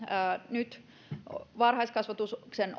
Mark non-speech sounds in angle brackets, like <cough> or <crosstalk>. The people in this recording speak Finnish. nyt varhaiskasvatuksen <unintelligible>